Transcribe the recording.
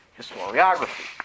Historiography